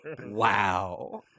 wow